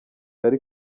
yari